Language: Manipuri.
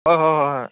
ꯍꯣꯏ ꯍꯣꯏ ꯍꯣꯏ ꯍꯣꯏ